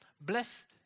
Blessed